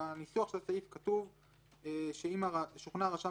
בניסוח של הסעיף כתוב שאם שוכנע רשם